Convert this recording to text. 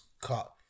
cut